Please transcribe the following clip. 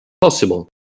possible